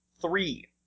three